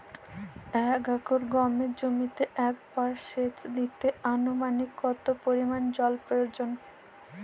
এক একর গমের জমিতে একবার শেচ দিতে অনুমানিক কত পরিমান জল প্রয়োজন?